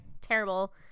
terrible